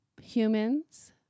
humans